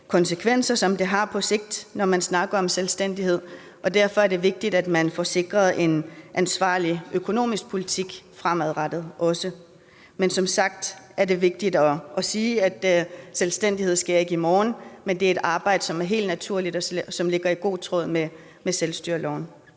konsekvenser, som det har på sigt, når man snakker om selvstændighed, og derfor er det vigtigt, at man får sikret en ansvarlig økonomisk politik fremadrettet. Men som sagt er det vigtigt at sige, at selvstændighed ikke sker i morgen, men at det er et arbejde, som er helt naturligt, og som ligger i god tråd med selvstyreloven.